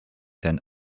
ten